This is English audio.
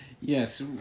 yes